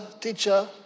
teacher